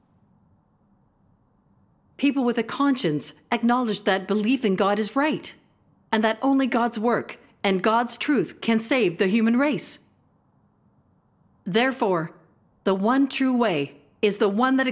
heaven people with a conscience acknowledge that belief in god is right and that only god's work and god's truth can save the human race therefore the one true way is the one that